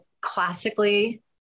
classically